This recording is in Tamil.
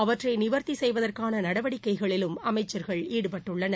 அவற்றை நிவர்த்தி செய்வதற்கான நடவடிக்கைகளிலும் அமைச்சா்கள் ஈடுபட்டுள்ளனர்